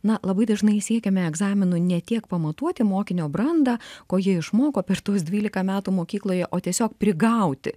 na labai dažnai siekiame egzaminu ne tiek pamatuoti mokinio brandą ko jie išmoko per tuos dvylika metų mokykloje o tiesiog prigauti